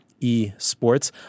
Esports